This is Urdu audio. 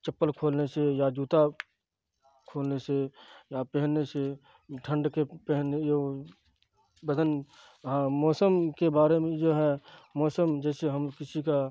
چپل کھولنے سے یا جوتا کھولنے سے یا پہننے سے ٹھنڈ کے پہننے بدن ہاں موسم کے بارے میں جو ہے موسم جیسے ہم کسی کا